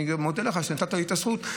הסטטוס קוו הוא מ-1947, שאז נחתם הסטטוס קוו.